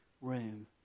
room